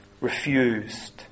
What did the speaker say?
refused